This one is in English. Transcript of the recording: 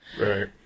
Right